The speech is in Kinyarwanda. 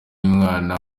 y’umwana